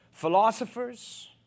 Philosophers